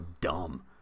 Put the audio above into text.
dumb